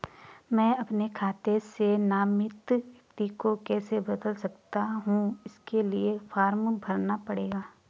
मैं अपने खाते से नामित व्यक्ति को कैसे बदल सकता हूँ इसके लिए फॉर्म भरना पड़ेगा?